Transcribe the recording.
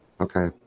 Okay